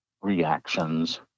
reactions